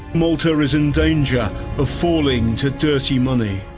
malta is in danger of falling to dirty money,